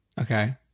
Okay